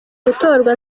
gutorwa